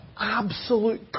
absolute